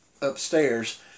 upstairs